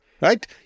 Right